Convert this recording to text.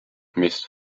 missed